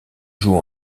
joue